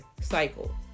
Cycle